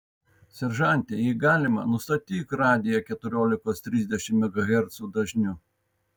seržante jei galima nustatyk radiją keturiolikos trisdešimt megahercų dažniu